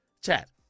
Chat